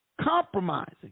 compromising